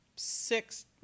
six